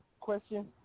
question